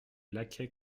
laquais